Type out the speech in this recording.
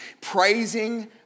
praising